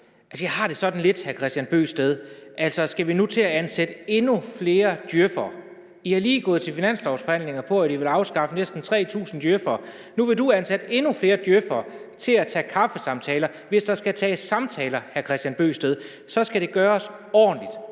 Jeg har det sådan lidt, hr. Kristian Bøgsted: Skal vi nu til at ansætte endnu flere djøf'ere? I er lige gået til finanslovsforhandlinger med, at I ville afskaffe næsten 3.000 djøf'ere. Nu vil du ansætte endnu flere til at tage kaffesamtaler. Hvis der skal tages samtaler, hr. Kristian Bøgsted, skal det gøres ordentligt;